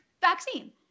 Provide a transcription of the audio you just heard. vaccine